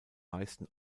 meisten